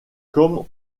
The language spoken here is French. comme